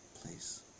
Please